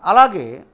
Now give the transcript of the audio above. అలాగే